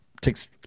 takes